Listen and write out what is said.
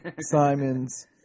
Simon's